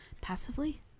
passively